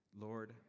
Lord